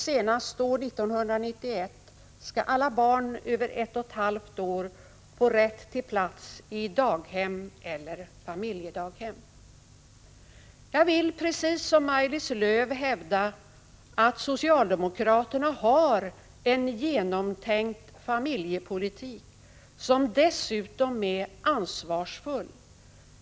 Senast år 1991 skall alla barn över ett och ett halvt år få rätt till plats i daghem eller familjedaghem. Jag vill precis som Maj-Lis Lööw hävda att socialdemokraterna har en genomtänkt familjepolitik som dessutom är ansvarsfull.